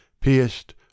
Pierced